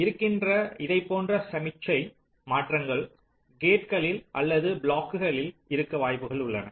இருக்கின்ற இதைப் போன்ற சமிக்ஞை மாற்றங்கள் கேட்களில் அல்லது பிளாக்ஸ்களில் இருக்க வாய்ப்புகள் உள்ளன